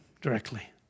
directly